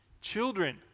Children